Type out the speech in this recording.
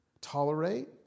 tolerate